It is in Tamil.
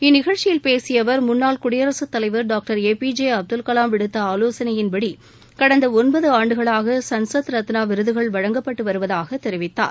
இந்நிகழ்ச்சியில் பேசிய அவர் முன்னாள் குடியரசுத் தலைவர் டாக்டர் ஏ பி ஜே அப்துல்களம் விடுத்த ஆலோசனையின்படி கடந்த ஒன்பது ஆண்டுகளாக சன்சத் ரத்னா விருதுகள் வழங்கப்பட்டு வருவதாகத் தெரிவித்தார்